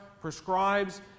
prescribes